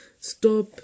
stop